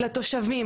לתושבים.